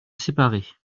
séparer